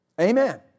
Amen